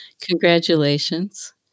congratulations